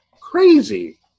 crazy